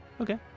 Okay